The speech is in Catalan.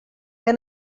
que